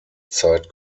zeit